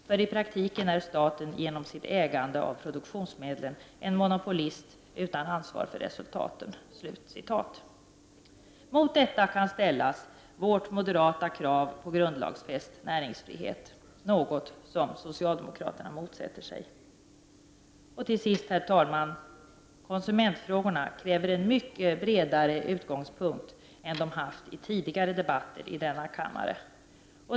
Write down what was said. För i praktiken är staten genom sitt ägande av produktionsmedlen en monopolist utan ansvar för resultaten.” Mot detta kan ställas vårt moderata krav på grundlagsfäst näringsfrihet, något som socialdemokraterna motsätter sig. Herr talman! Konsumentfrågorna kräver en mycket bredare utgångspunkt än de haft i tidigare debatter i denna kammare.